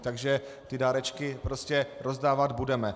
Takže ty dárečky prostě rozdávat budeme.